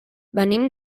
venim